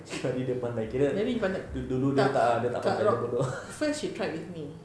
so tadi dia pandai kira du~ dulu dia tak ah dia tak pandai dia bodoh ah